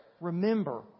Remember